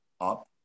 up